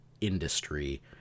industry